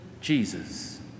Jesus